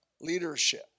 leadership